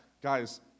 guys